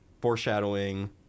foreshadowing